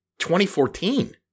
2014